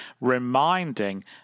reminding